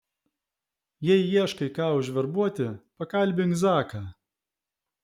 jei ieškai ką užverbuoti pakalbink zaką